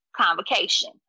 convocation